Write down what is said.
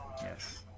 Yes